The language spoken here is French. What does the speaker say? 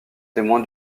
témoin